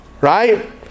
right